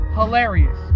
Hilarious